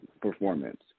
performance